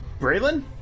Braylon